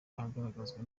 agaragazwa